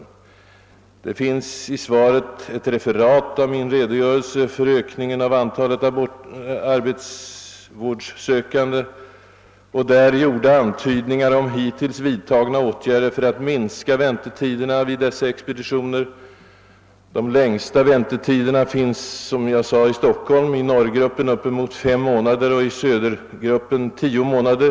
I svaret lämnas i stort sett endast ett referat av min redogörelse för ökningen av antalet arbetsvårdssökande och av där gjorda antydningar om hittills vidtagna åtgärder för att minska väntetiderna vid expeditionerna för dessa; De längsta väntetiderna förekommer, såsom jag nämnt, i Stockholm: vid norrgruppen inemot fem månader och vid södergruppen tio månader.